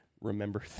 remember